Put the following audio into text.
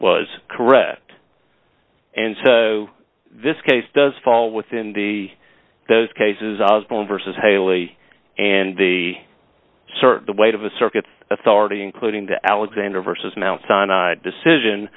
was correct and so this case does fall within the those cases osborne versus haley and the sort of the weight of a circuit authority including the alexander versus mount sinai decision